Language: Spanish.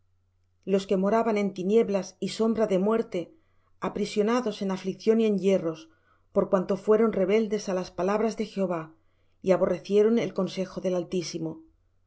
los que moraban en tinieblas y sombra de muerte aprisionados en aflicción y en hierros por cuanto fueron rebeldes á las palabras de jehová y aborrecieron el consejo del altísimo